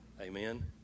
Amen